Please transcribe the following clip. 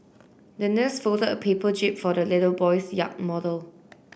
the nurse folded a paper jib for the little boy's yacht model